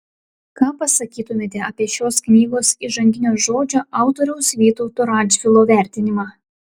ką pasakytumėte apie šios knygos įžanginio žodžio autoriaus vytauto radžvilo vertinimą